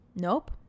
Nope